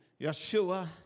Yeshua